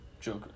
Joker